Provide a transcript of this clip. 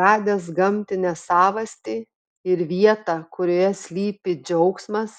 radęs gamtinę savastį ir vietą kurioje slypi džiaugsmas